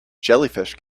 jellyfish